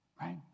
right